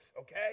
okay